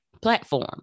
platform